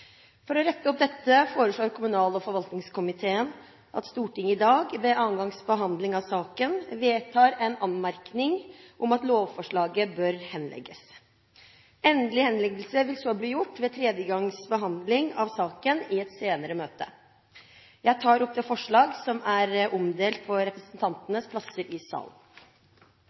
For å rette opp dette foreslår kommunal- og forvaltningskomiteen at Stortinget i dag, ved annen gangs behandling av saken, vedtar en anmerkning om at lovforslaget bør henlegges. Endelig henleggelse vil så bli gjort ved tredje gangs behandling av saken i et senere møte. Jeg tar opp det forslag som er omdelt på representantenes plasser i salen.